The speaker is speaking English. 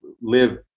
live